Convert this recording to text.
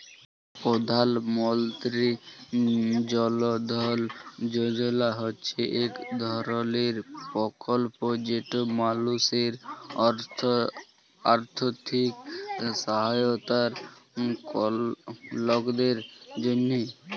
পধাল মলতিরি জল ধল যজলা হছে ইক ধরলের পরকল্প যেট মালুসের আথ্থিক সহায়তার লকদের জ্যনহে